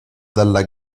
dalla